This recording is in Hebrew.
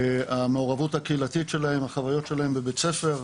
המעורבות הקהילתית שלהם, החברים שלהם בבית הספר,